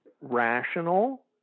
rational